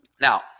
Now